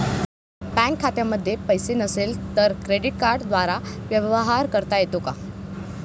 Bank खात्यामध्ये पैसे नसले तरी क्रेडिट कार्डद्वारे व्यवहार करता येतो का?